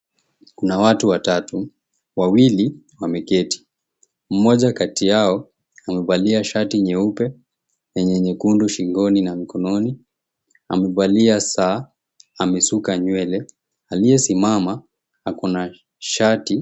Kuna watu watatu, wawili wameketi. Mmoja kati yao amevalia shati nyeupe yenye nyekundu shingoni na mikononi amevalia saa, amesuka nywele. Aliyesimama, ako na shati.